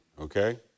Okay